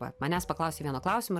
va manęs paklausė vieno klausimo ir